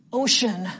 ocean